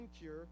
cure